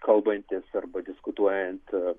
kalbantis arba diskutuojant